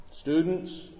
students